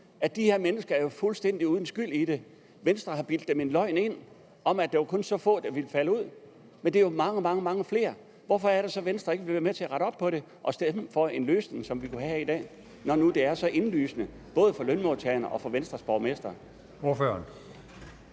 at de her mennesker jo er fuldstændig uden skyld? Venstre har bildt dem noget ind med en løgn om, at det kun var så få, der ville falde ud. Men det er jo mange, mange flere. Hvorfor er det, at Venstre her i dag ikke vil være med til at rette op på det og stemme for en løsning, når det nu er så indlysende både for lønmodtagerne og for Venstres borgmestre?